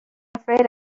afraid